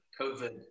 COVID